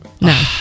No